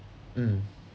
mm